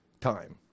time